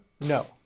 no